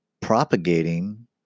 propagating